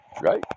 Right